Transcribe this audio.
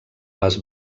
les